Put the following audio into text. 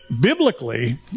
biblically